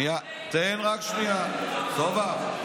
תן רק שנייה, סובה.